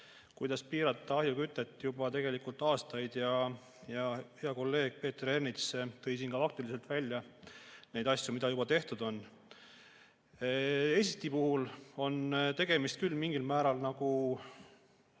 kuidas piirata ahjukütet, juba aastaid ja hea kolleeg Peeter Ernits tõi siin ka faktiliselt välja neid asju, mida juba tehtud on. Eesti puhul on tegemist küll mingil määral